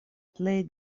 plej